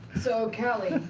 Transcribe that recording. so, cali.